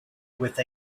with